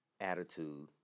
attitude